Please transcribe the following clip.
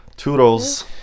toodles